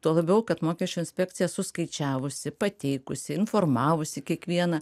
tuo labiau kad mokesčių inspekcija suskaičiavusi pateikusi informavusi kiekvieną